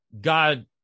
God